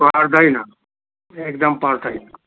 पर्दैन एकदम पर्दैन